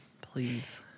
Please